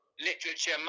literature